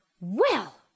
Well